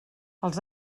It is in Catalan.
els